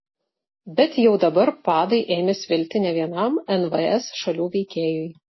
bet jau dabar padai ėmė svilti ne vienam nvs šalių veikėjui